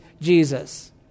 Jesus